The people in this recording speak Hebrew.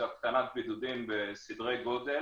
זה הקטנת בידוד בסדרי גודל.